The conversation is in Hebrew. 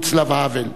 ואצלב האוול.